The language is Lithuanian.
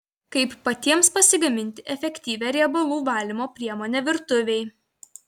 kaip patiems pasigaminti efektyvią riebalų valymo priemonę virtuvei